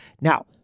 Now